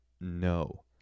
No